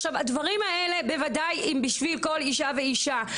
עכשיו הדברים האלה בוודאי אם בשביל כל אישה ואישה,